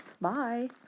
Bye